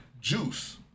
Juice